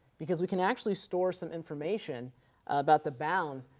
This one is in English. because we can actually store some information about the bounds,